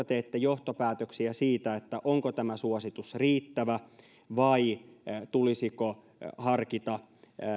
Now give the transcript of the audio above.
teette johtopäätöksiä siitä onko tämä suositus riittävä vai tulisiko harkita